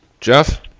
Jeff